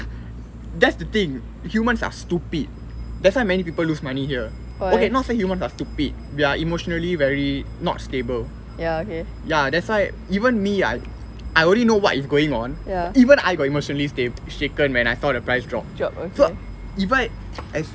that's the thing humans are stupid that's why many people lose money here okay not say human are stupid we are emotionally very not stable ya that's why even me I I already know what is going on and even I got emotionally stable shaken when I thought the price drop so even